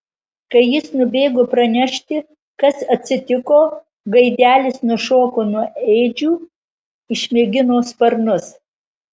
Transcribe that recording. kai jis nubėgo pranešti kas atsitiko gaidelis nušoko nuo ėdžių išmėgino sparnus